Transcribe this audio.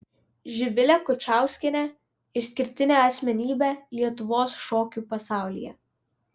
živilė kučauskienė išskirtinė asmenybė lietuvos šokių pasaulyje